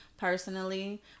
personally